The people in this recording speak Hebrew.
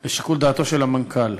לשיקול דעתו של המנכ"ל.